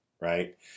right